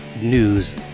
news